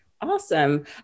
Awesome